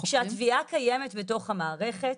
כאשר התביעה קיימת בתוך המערכת,